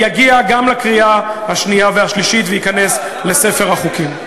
יגיע גם לקריאה השנייה והשלישית וייכנס לספר החוקים.